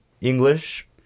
English